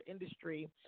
industry